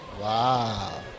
Wow